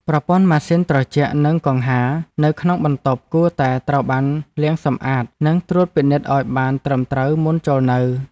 ប្រព័ន្ធម៉ាស៊ីនត្រជាក់និងកង្ហារនៅក្នុងបន្ទប់គួរតែត្រូវបានលាងសម្អាតនិងត្រួតពិនិត្យឱ្យបានត្រឹមត្រូវមុនចូលនៅ។